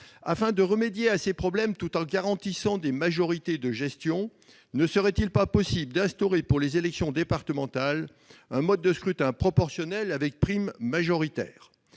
Afin de remédier à ces problèmes tout en garantissant des majorités de gestion, ne serait-il pas possible d'instaurer pour les élections départementales un mode de scrutin proportionnel avec prime majoritaire ?